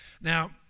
Now